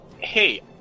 hey